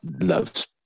loves